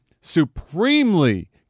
supremely